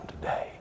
today